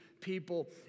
people